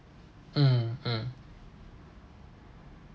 mm mm